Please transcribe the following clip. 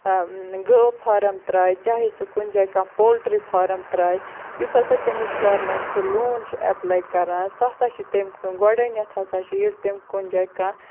گٲو فارَم ترایہِ چاہے سُہ کُنہِ جایہِ کانٛہہ پولٹری فارَم ترایہِ یُس ہَسا تٔمِس گورمنٹ سُہ لون چھِ ایٚپلاے کَران سُہ ہَسا چھُ تمہِ کنۍ گۄڈٕنیٚتھ ہَسا چھِ ییٚلہِ تٔمۍ کُنہِ جایہِ کانٛہہ